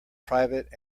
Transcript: private